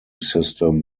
system